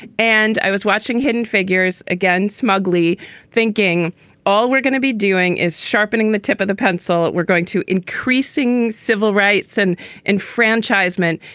and i was watching hidden figures again, smugly thinking all we're gonna be doing is sharpening the tip of the pencil. we're going to increasing civil rights and enfranchisement.